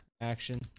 action